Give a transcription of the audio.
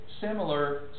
similar